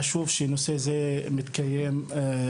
זה חשוב שדיון בנושא הזה מתקיים היום.